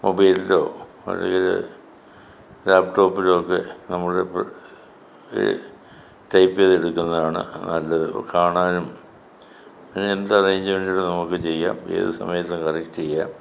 മൊബൈൽലോ അല്ലെങ്കിൽ ലാപ്ടോപ്പിൽ ഒക്കെ ആ മുഴപ്പ് ഈ ടൈപ്പ് ചെയ്ത് എടുക്കുന്നതാണ് നല്ലത് കാണാനും പിന്നെ എന്ത് അറയിൻജുമെൻറ്റുകൾ നമുക്ക് ചെയ്യാം ഏത് സമയത്തും കറക്ട് ചെയ്യാം